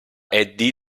eddie